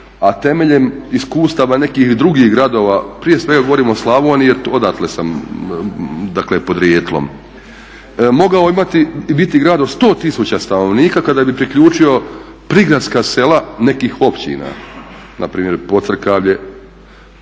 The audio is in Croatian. a temeljem iskustava nekih drugih gradova, prije svega govorim o Slavoniji jer odatle sam podrijetlom, mogao imati i biti grad od 100 tisuća stanovnika kada bi priključio prigradska sela nekih općina npr. Podcrkavlje,